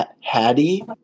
Hattie